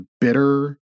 bitter